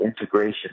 integration